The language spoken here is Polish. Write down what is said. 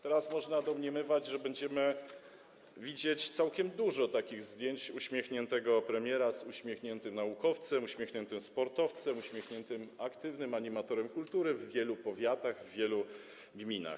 Teraz można domniemywać, że będziemy widzieć całkiem dużo takich zdjęć uśmiechniętego premiera z uśmiechniętym naukowcem, uśmiechniętym sportowcem, uśmiechniętym aktywnym animatorem kultury w wielu powiatach, w wielu gminach.